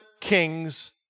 kings